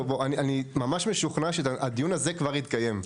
אני ממש משוכנע שהדיון הזה כבר התקיים.